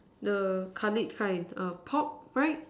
the khalid kind err pop right